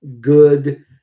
good